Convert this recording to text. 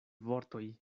vortoj